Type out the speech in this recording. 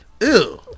Ew